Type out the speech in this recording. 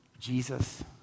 Jesus